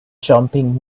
jumping